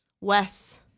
Wes